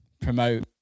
promote